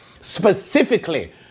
specifically